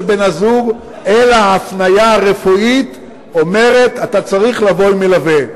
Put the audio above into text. בן-הזוג אלא ההפניה הרפואית אומרת: אתה צריך לבוא עם מלווה.